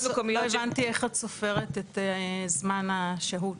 לא הבנתי איך את סופרת את זמן השהות?